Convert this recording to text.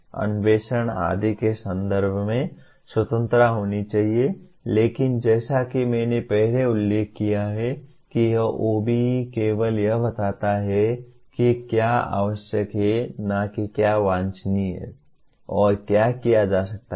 अन्वेषण आदि के संदर्भ में स्वतंत्रता होनी चाहिए लेकिन जैसा कि मैंने पहले उल्लेख किया है कि यह OBE केवल यह बताता है कि क्या आवश्यक है न कि क्या वांछनीय है और क्या किया जा सकता है